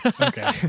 Okay